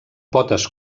potes